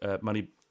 money